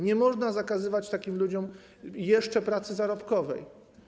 Nie można zakazywać takim ludziom jeszcze pracy zarobkowej.